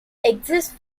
exist